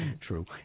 True